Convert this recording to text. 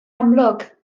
amlwg